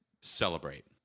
Celebrate